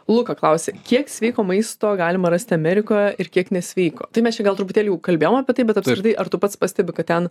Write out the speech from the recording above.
luka klausė kiek sveiko maisto galima rasti amerikoje ir kiek nesveiko tai mes čia gal truputėlį jau kalbėjom apie tai bet apskritai ar tu pats pastebi kad ten